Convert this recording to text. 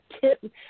tip